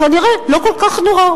כנראה לא כל כך נורא,